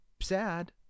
sad